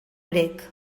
grec